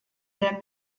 der